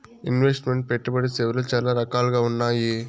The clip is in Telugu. ఇన్వెస్ట్ మెంట్ పెట్టుబడి సేవలు చాలా రకాలుగా ఉన్నాయి